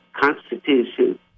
Constitution